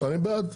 אני בעד.